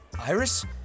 Iris